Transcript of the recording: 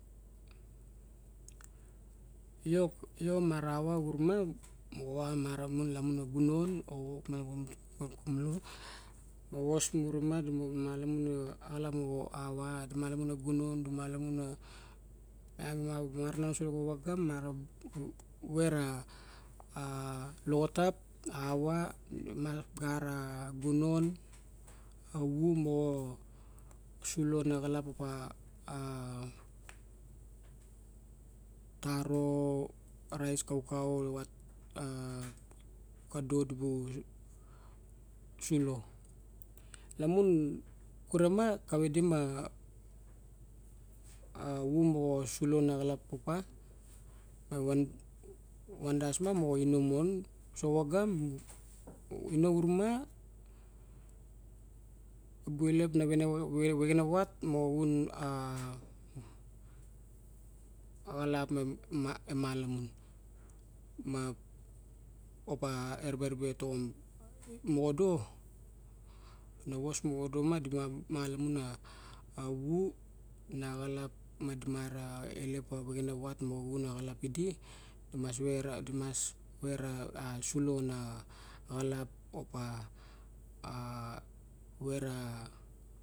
Lo io ma ra va rung ma muxa mana mun lamun no gunon oxot no wok na kom lu ma vos muru ma lamun lo axalap ava di malamun no gunan di malamun na enga xara se lavaga ma ra vera a- a loxotap auva mala gara gunon avumo sulo naxalap a- a taro, rice, kaukau, lavat a kadod vo sulo lamun kure ma kavadi ma a vun mo sulo laxalap opa avan dasma mono ino mon sovaga ino uru ma gon elep na vexe na vat mo xun a- a xalap maemalamun ma opa ereberebe toxom moxodo no vos moxodoma mu malamun avu naxalap ma di mara elep avexe navat ma uxun alap idi mas vue di mas vue ra sulo na axalap opa a vue ra